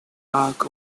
arc